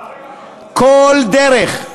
חבר הכנסת כבל, סליחה, סליחה, כל דרך,